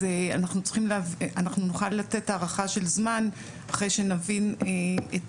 אנחנו נוכל לתת הערכה של זמן אחרי שנבין את